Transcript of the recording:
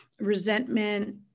resentment